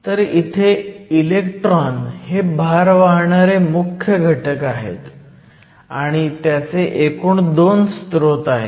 तर इथे इलेक्ट्रॉन हे भार वाहणारे मुख्य घटक आहेत आणि त्याचे एकूण 2 स्रोत आहेत